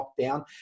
lockdown